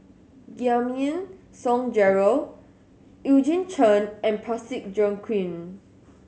Giam Song Gerald Eugene Chen and Parsick Joaquim